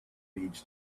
leads